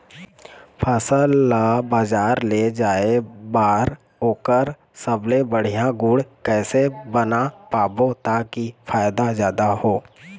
फसल ला बजार ले जाए बार ओकर सबले बढ़िया गुण कैसे बना पाबो ताकि फायदा जादा हो?